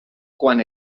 quan